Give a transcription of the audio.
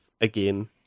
again